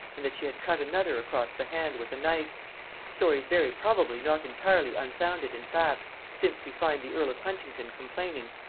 and that she had cut another across the hand with a knife stories very probably not entirely unfounded in fact, since we find the earl of huntingdon complaining,